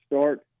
start